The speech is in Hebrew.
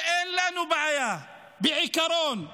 ואין לנו בעיה בעיקרון עם